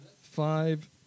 five